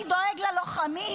אני דואג ללוחמים,